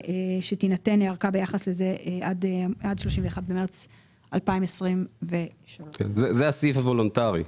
תינתן ארכה ביחס לזה עד 31 במרץ 2023. מי בעד,